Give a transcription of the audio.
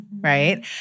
right